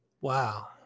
wow